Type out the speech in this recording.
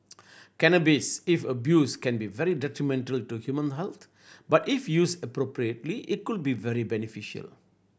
cannabis if abused can be very detrimental to human health but if used appropriately it could be very beneficial